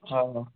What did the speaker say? हां हां